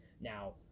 Now